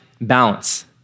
balance